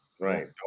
right